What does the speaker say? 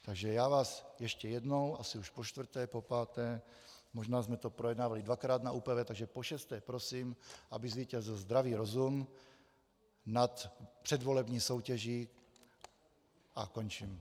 Takže vás ještě jednou, asi už počtvrté, popáté, možná jsme to projednávali dvakrát na ÚPV, takže pošesté prosím, aby zvítězil zdravý rozum nad předvolební soutěží, a končím.